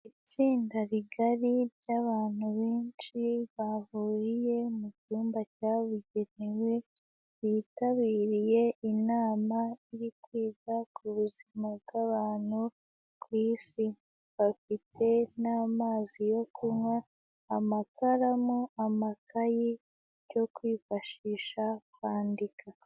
Itsinda rigari ryabantu bensh,i bahuriye mu cyumba cyabugenewe bitabiriye inama, iri kwiga ku buzima bw'abantu ku isi, bafite n'amazi yo kunywa, amakaramu, amakayi yo kwifashisha kwandika.